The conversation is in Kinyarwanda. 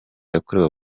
yakorewe